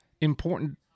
important